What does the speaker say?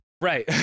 right